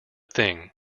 thing